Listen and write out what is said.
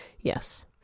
Yes